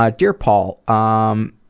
ah dear paul, um,